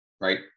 right